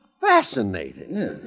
fascinating